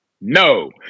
No